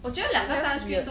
smells weird